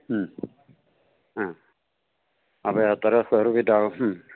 മ്മ് അ അപ്പൊ എത്ര സ്ക്വയർ ഫീറ്റാകും മ്മ്